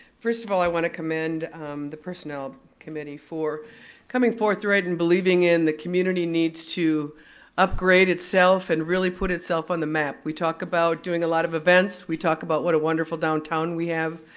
first of all i want to commend the personnel committee for coming forthright in believing in the community needs to upgrade itself and really put itself on the map. we talk about doing a lot of events. we talk about what a wonderful downtown we have.